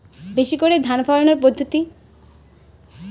বেশি করে ধান ফলানোর পদ্ধতি?